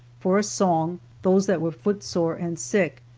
for a song, those that were footsore and sick,